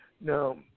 Now